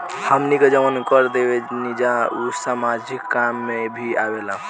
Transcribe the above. हमनी के जवन कर देवेनिजा उ सामाजिक काम में भी आवेला